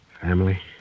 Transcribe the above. Family